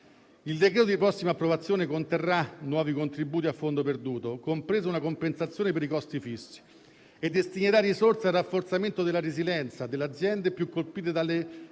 Il decreto di prossima approvazione conterrà nuovi contributi a fondo perduto, compresa una compensazione per i costi fissi, e destinerà risorse al rafforzamento della resilienza delle aziende più colpite dalle